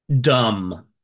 dumb